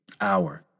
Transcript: hour